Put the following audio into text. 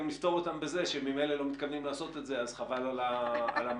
נפתור אותן בזה שממילא מתכוונים לעשות את זה כך שחבל על המאמץ.